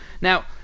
Now